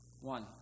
One